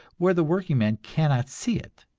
where the workingman cannot see it.